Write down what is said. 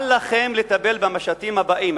אל לכם לטפל במשטים הבאים.